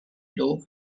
blue